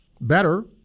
Better